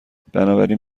بنابراین